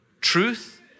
truth